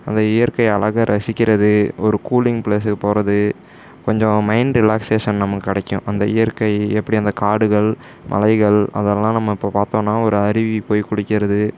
அந்த இயற்கை அழகை ரசிக்கிறது ஒரு கூலிங் ப்ளேஸுக்கு போகிறது கொஞ்சம் மைண்ட் ரிலாக்ஸேஷன் நமக்கு கிடைக்கும் அந்த இயற்கை எப்படி அந்த காடுகள் மலைகள் அதெல்லாம் நம்ம இப்போ பார்த்தோன்னா ஒரு அருவி போய் குளிக்கிறது